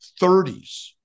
30s